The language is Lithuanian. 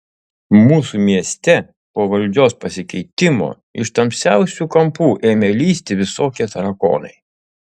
mūsų mieste po valdžios pasikeitimo iš tamsiausių kampų ėmė lįsti visokie tarakonai